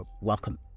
welcome